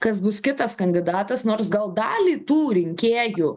kas bus kitas kandidatas nors gal dalį tų rinkėjų